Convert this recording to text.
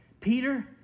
Peter